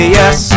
yes